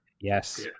Yes